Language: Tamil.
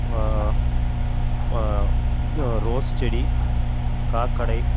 ம இது ரோஸ் செடி காக்கடை